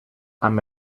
amb